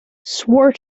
swore